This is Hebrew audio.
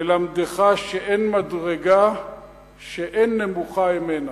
ללמדך שאין מדרגה שאין נמוכה הימנה.